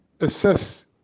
assess